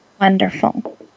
Wonderful